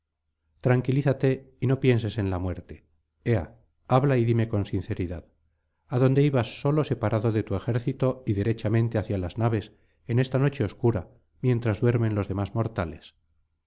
tranquilízate y no pienses en la muerte ea habla y dime con sinceridad adonde ibas solo separado de tu ejército y derechamente hacia las naves en esta noche obscura mientras duermen los demás mortales